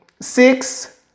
six